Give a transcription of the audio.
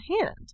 hand